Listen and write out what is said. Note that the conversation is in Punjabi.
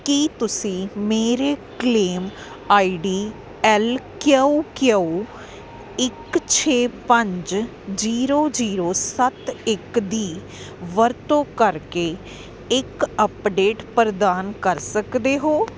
ਕੀ ਤੁਸੀਂ ਮੇਰੇ claim I D L Q Q ਇੱਕ ਛੇ ਪੰਜ ਜੀਰੋ ਜੀਰੋ ਸੱਤ ਇੱਕ ਦੀ ਵਰਤੋਂ ਕਰਕੇ ਇੱਕ ਅੱਪਡੇਟ ਪ੍ਰਦਾਨ ਕਰ ਸਕਦੇ ਹੋ